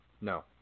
No